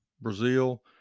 Brazil